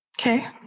Okay